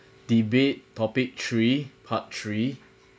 debate topic three part three